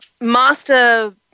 master